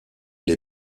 les